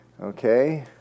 Okay